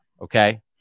okay